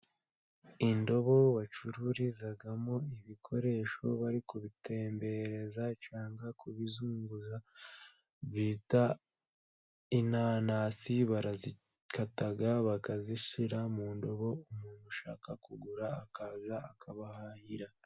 indobo bacururizagamo ibikoresho bari kubitembereza cangwa kubizunguza bita inanasi barazikataga bakazishira mu ndobo umuntu ushaka kugura akaza akabahahira